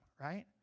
right